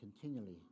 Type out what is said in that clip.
continually